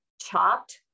Chopped